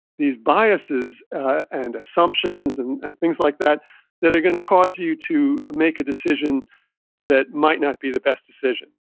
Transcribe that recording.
biases and assumptions and and things like that that are going to cause you to make a decision that might not be the best decision.